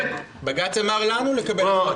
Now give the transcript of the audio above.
בג"ץ אמר לנו לקבל החלטה.